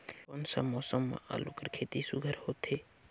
कोन सा मौसम म आलू कर खेती सुघ्घर होथे?